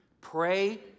Pray